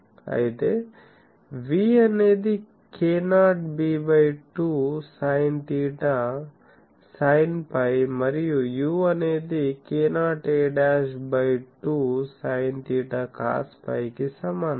అయితే v అనేది k0 b by 2 sine theta sine phi మరియు u అనేది k0 a by 2 sine theta cos ఫైకి సమానం